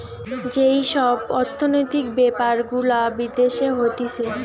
যেই সব অর্থনৈতিক বেপার গুলা বিদেশে হতিছে